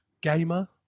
Gamer